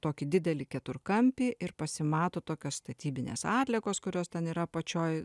tokį didelį keturkampį ir pasimato tokios statybinės atliekos kurios ten yra apačioj